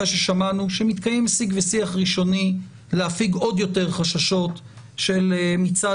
אחרי ששמענו שמתקיים שיג ושיח ראשוני להפיג עוד חששות מצד